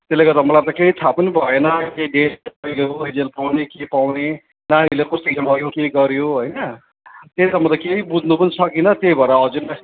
त्यसले गर्दा मलाई केही थाहा पनि भएन रिजल्ट पाउने के पाउने नानीले कस्तो इक्जाम भयो के गर्यो होइन त्यही त मैले केही बुझ्नु पनि सकिनँ त्यही भएर हजुरलाई